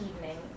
evening